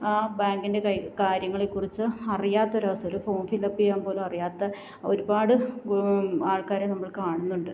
ബാങ്കിന്റെ കാര്യങ്ങളെക്കുറിച്ച് അറിയാത്ത ഒരു അവസ്ഥയിൽ ഒരു ഫോം ഫില്ലപ്പ് ചെയ്യാൻ പോലും അറിയാത്ത ഒരുപാട് ആൾക്കാരെ നമ്മൾ കാണുന്നുണ്ട്